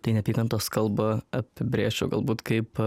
tai neapykantos kalbą apibrėžčiau galbūt kaip